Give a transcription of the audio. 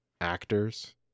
actors